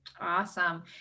Awesome